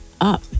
up